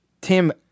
Tim